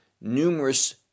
numerous